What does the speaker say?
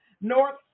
North